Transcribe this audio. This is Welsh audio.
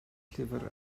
llyfr